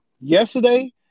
yesterday